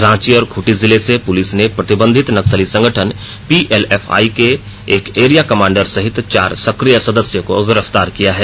रांची और खुंटी जिले से पुलिस ने प्रतिबंधित नक्सली संगठन पीएलएफआई के एक एरिया कमांडर सहित चार सकिय सदस्य को गिरफ्तार किया है